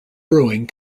brewing